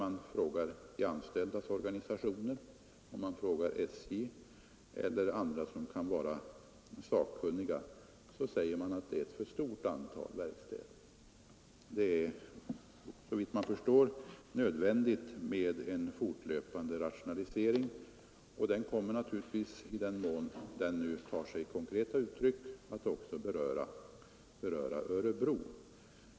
Det säger både de anställdas organisationer och SJ samt alla andra som är sakkunniga. Därför är det såvitt jag förstår nödvändigt med en fortlöpande rationalisering, och naturligtvis kommer den —- i den mån den tar sig konkreta uttryck — att också beröra Örebro.